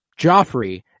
Joffrey